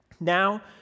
Now